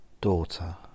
Daughter